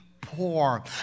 poor